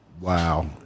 Wow